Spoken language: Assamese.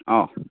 অঁ